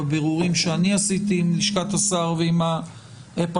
בבירורים שאני עשיתי עם לשכת השר ועם הפרקליטות.